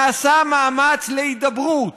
נעשה מאמץ להידברות,